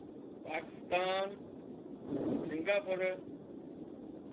Pakistan Singapore